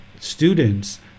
students